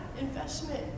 investment